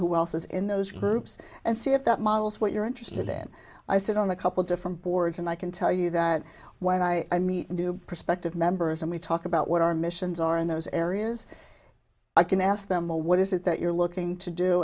who else is in those groups and see if that models what you're interested in i sit on a couple different boards and i can tell you that when i do prospective members and we talk about what our missions are in those areas i can ask them well what is it that you're looking to do